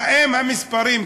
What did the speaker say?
האם המספרים,